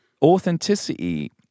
authenticity